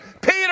Peter